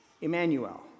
Emmanuel